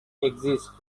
exist